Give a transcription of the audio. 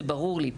זה ברור לי,